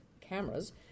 cameras –